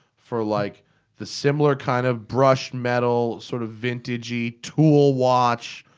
for like the similar kind of brushed metal, sort of vintage-y tool watch,